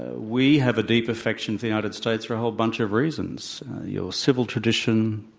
we have a deep affection to the united states for a whole bunch of reasons your civil tradition,